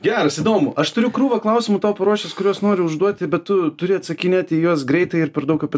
geras įdomu aš turiu krūvą klausimų tau paruošęs kuriuos noriu užduoti bet tu turi atsakinėti į juos greitai ir per daug apie